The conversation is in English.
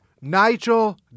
Nigel